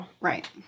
right